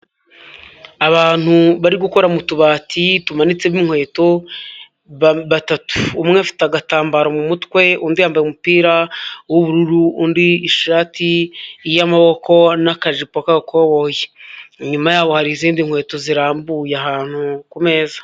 Abantu bari gukora mu tubati tumanitsemo inkweto batatu, umwe afite agatambaro mu mutwe undi yambaye umupira w'ubururu, undi ishati y'amaboko n'akajipo k'agakoboyi, inyuma yaho hari izindi nkweto zirambuye ahantu ku meza.